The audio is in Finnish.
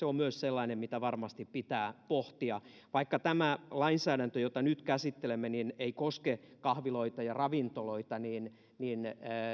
on myös sellainen mitä varmasti pitää pohtia vaikka tämä lainsäädäntö jota nyt käsittelemme ei koske kahviloita ja ravintoloita niin niin